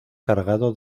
cargado